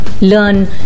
learn